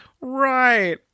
Right